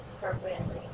appropriately